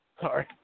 Sorry